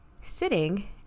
sitting